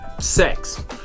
Sex